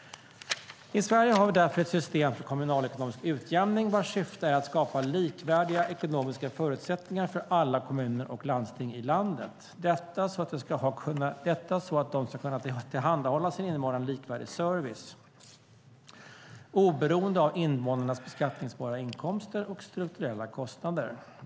I Sverige har vi därför ett system för kommunalekonomisk utjämning, vars syfte är att skapa likvärdiga ekonomiska förutsättningar för alla kommuner och landsting i landet. Detta är för att de ska kunna tillhandahålla sina invånare en likvärdig service oberoende av invånarnas beskattningsbara inkomster och strukturella kostnader.